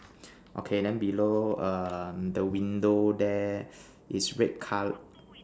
okay then below the window there is red color